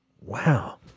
Wow